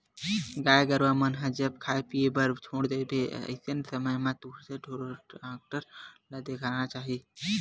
गाय गरुवा मन ह जब खाय पीए बर छोड़ देथे अइसन समे म तुरते ढ़ोर डॉक्टर ल देखाना चाही